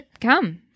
come